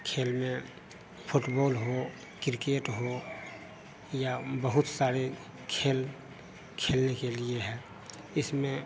खेल में फुटबोल हो किरकेट हो या बहुत सारे खेल खेलने के लिए हैं इसमें